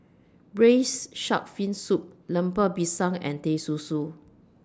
Braised Shark Fin Soup Lemper Pisang and Teh Susu